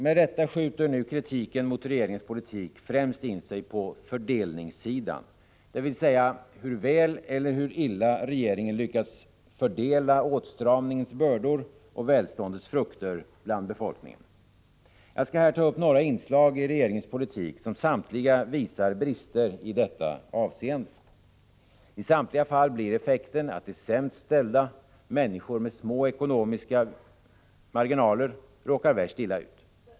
Med rätta skjuter kritiken mot regeringens politik främst in sig på fördelningssidan, dvs. hur väl eller illa regeringen lyckats fördela åtstramningens bördor och välståndets frukter bland befolkningen. Jag skall här ta upp några inslag i regeringens politik, som samtliga visar brister i detta avseende. I samtliga fall blir effekten att de sämst ställda, människor med små ekonomiska marginaler, råkar värst illa ut.